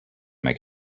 make